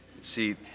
see